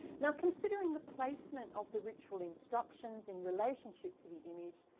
now considering the placement of the ritual instructions in relationship to the image,